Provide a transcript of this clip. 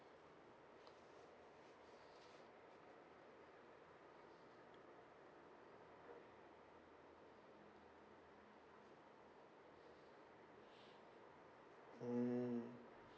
mm